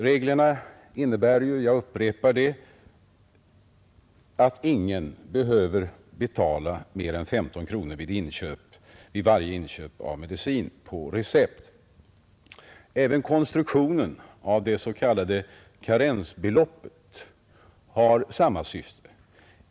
Reglerna innebär ju — jag upprepar det — att ingen behöver betala mer än 15 kronor vid varje inköp av medicin på recept. Även konstruktionen av det s.k. karensbeloppet har samma syfte.